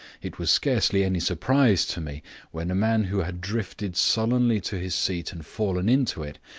it was scarcely any surprise to me when a man who had drifted sullenly to his seat and fallen into it,